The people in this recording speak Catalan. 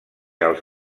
als